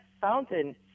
fountain